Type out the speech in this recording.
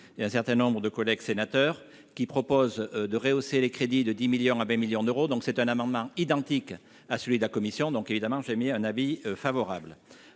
et un certain nombres de collègues sénateurs qui propose de rehausser les crédits de 10 millions à 20 millions d'euros, donc c'est un amendement identique à celui de la Commission, donc évidemment un avis favorable